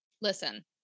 listen